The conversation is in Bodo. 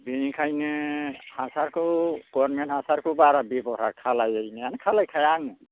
बिनिखायनो हासारखौ गभर्नमेन्ट हासारखौ बारा बेबहार खालायै मानि खालाय खाया आङो